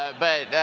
ah but